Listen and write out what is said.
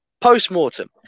post-mortem